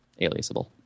aliasable